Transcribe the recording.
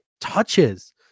touches